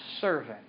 servant